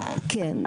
כן.